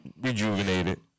rejuvenated